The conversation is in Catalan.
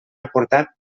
aportat